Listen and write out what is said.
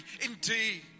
indeed